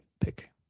pick